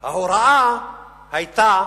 ההוראה היתה